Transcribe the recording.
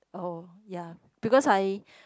oh ya because I